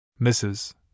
Mrs